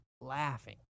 laughing